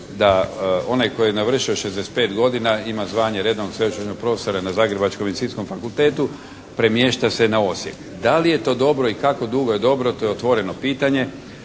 da onaj tko je navršio 65 godina ima zvanje redovnog sveučilišnog profesora na zagrebačkom Medicinskom fakultetu, premješta se na Osijek. Da li je to dobro i kako dugo je dobro to je otvoreno pitanje